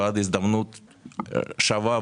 אני בעד הזדמנות שווה,